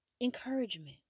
encouragement